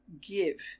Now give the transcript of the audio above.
give